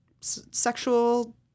sexual